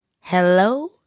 Hello